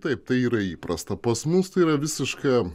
taip tai yra įprasta pas mus tai yra visiška